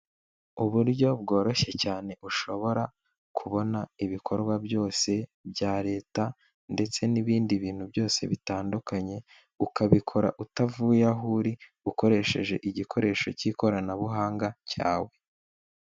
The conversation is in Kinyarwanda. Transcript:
Uburyo bworoshye cyane ushobora kubona ibikorwa byose bya leta, ndetse n'ibindi bintu byose bitandukanye, ukabikora utavuye aho uri ukoresheje igikoresho cy'ikoranabuhanga cyawe.